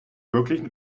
wirklich